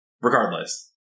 Regardless